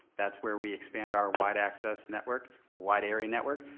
that's where we expand our wide access network or wide area network,